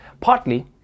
partly